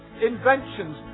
inventions